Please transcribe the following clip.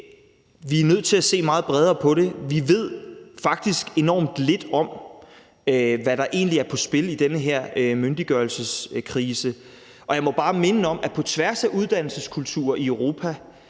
vi er nødt til at se meget bredere på det. Vi ved faktisk enormt lidt om, hvad der egentlig er på spil i den her myndiggørelseskrise. Og jeg må bare minde om, at på tværs af uddannelseskulturer i Europa,